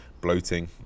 bloating